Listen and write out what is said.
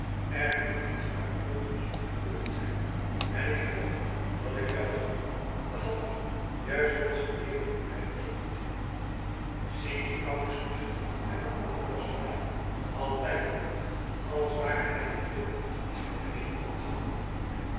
er moet iets aan de voorposten gebeurd zijn en ik geloof dat ik wel zal doen te handelen juist zooals die deerne het mij verzocht zie dien ouden snoeshaan hernam de andere soldaat altijd hoffelijk als ware hij een ridder die zijn meisje dient